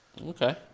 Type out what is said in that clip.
Okay